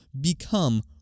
become